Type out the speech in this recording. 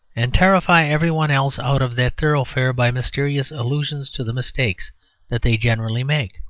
and terrify every one else out of that thoroughfare by mysterious allusions to the mistakes that they generally make.